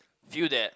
feel that